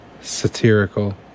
Satirical